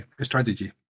Strategy